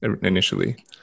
initially